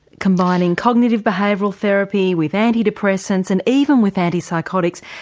combining cognitive behavioural therapy, with anti-depressants and even with anti-psychotics,